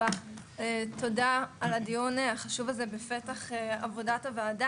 תודה על הדיון החשוב הזה בפתח עבודת הוועדה.